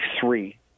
three